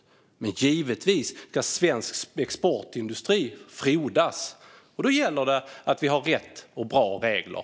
Givetvis ska svensk exportindustri frodas, och då gäller det att vi har rätt och bra regler.